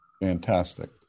Fantastic